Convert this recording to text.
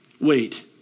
Wait